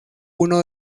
uno